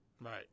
Right